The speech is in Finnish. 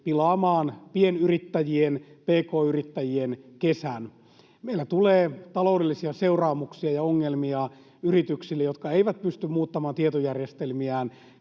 pilaamaan pk-yrittäjien kesän. Meillä tulee taloudellisia seuraamuksia ja ongelmia niille yrityksille, jotka eivät pysty muuttamaan tietojärjestelmiään